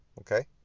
Okay